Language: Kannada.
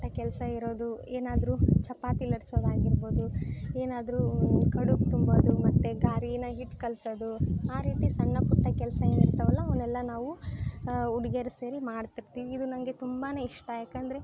ಪುಟ್ಟ ಕೆಲಸ ಇರೋದು ಏನಾದರೂ ಚಪಾತಿ ಲಟ್ಟಿಸೋದು ಆಗಿರ್ಬೋದು ಏನಾದರೂ ಕಡುಬು ತುಂಬೋದು ಮತ್ತು ಗಾರಿನ ಹಿಟ್ಟು ಕಲಸೋದು ಆ ರೀತಿ ಸಣ್ಣ ಪುಟ್ಟ ಕೆಲಸ ಏನು ಇರ್ತಾವಲ್ಲ ಅವನ್ನೆಲ್ಲ ನಾವು ಹುಡುಗ್ಯಾರು ಸೇರಿ ಮಾಡ್ತಿರ್ತೀವಿ ಇದು ನನಗೆ ತುಂಬನೆ ಇಷ್ಟ ಯಾಕೆಂದರೆ